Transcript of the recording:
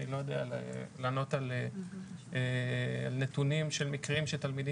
אני לא יודע לענות על נתונים של מקרים שתלמידים